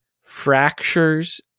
fractures